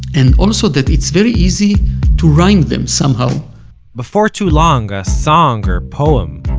and also that it's very easy to rhyme them somehow before too long, a song or poem,